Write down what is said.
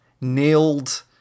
nailed